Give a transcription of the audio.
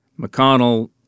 McConnell